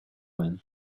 man